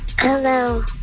Hello